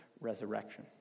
resurrection